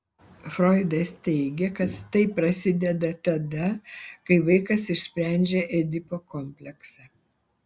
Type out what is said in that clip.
froidas teigė kad tai prasideda tada kai vaikas išsprendžia edipo kompleksą